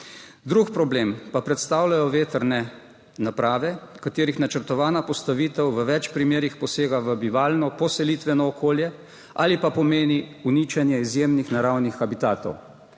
Drugi problem pa predstavljajo vetrne naprave, katerih načrtovana postavitev v več primerih posega v bivalno poselitveno okolje ali pa pomeni uničenje izjemnih naravnih habitatov.